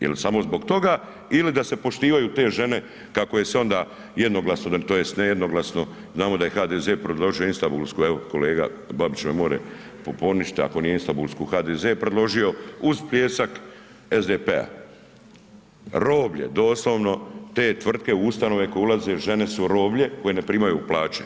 Jel samo zbog toga ili da se poštivaju te žene kako je se onda jednoglasno tj. nejednoglasno znamo da je HDZ predložio Istambulsku evo kolega Babić me more poništit, ako nije Istambulsku HDZ predložio uz pljesak SDP-a, roblje, doslovno te tvrtke, ustanove koje ulaze žene su roblje koje ne primaju plaće.